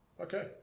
okay